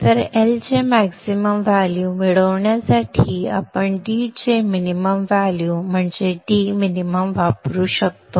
तर L चे maximum value मिळविण्यासाठी आपण d चे मिनिमम व्हॅल्यु म्हणजे d min वापरू शकतो